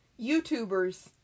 YouTubers